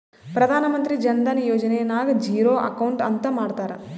ಪ್ರಧಾನ್ ಮಂತ್ರಿ ಜನ ಧನ ಯೋಜನೆ ನಾಗ್ ಝೀರೋ ಅಕೌಂಟ್ ಅಂತ ಮಾಡ್ತಾರ